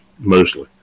mostly